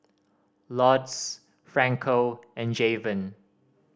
Lourdes Franco and Javen